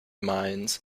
mines